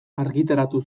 argitaratu